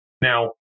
Now